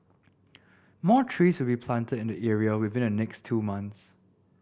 more trees will be planted in the area within the next two months